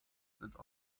sind